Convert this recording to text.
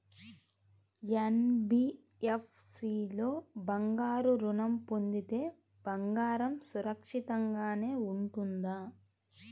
NBFC లో బంగారు ఋణం పొందితే బంగారం సురక్షితంగానే ఉంటుందా?